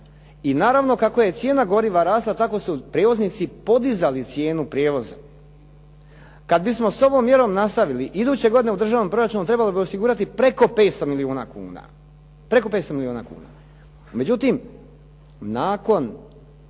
i naravno kako je cijena goriva rasla tako su prijevoznici podizali cijenu prijevoza. Kad bismo s ovom mjerom nastavili iduće godine u državnom proračunu trebalo bi osigurati preko 500 milijuna kuna. Međutim, nakon